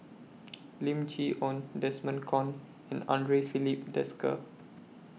Lim Chee Onn Desmond Kon and Andre Filipe Desker